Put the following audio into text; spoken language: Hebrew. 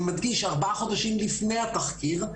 אני מדגיש: ארבעה חודשים לפני התחקיר,